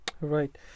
right